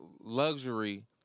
luxury